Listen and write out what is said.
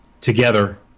together